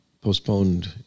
Postponed